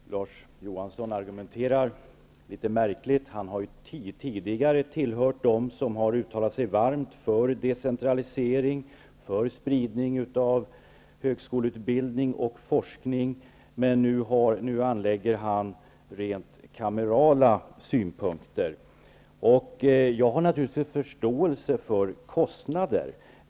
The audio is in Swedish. Fru talman! Larz Johansson argumenterar litet märkligt. Han har ju tidigare tillhört dem som varmt har uttalat sig för decentralisering och spridning av högskoleutbildning och forskning. Nu anlägger han rent kamerala synpunkter. Jag har naturligtvis förståelse för kostnaderna.